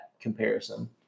comparison